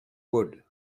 wood